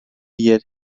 yer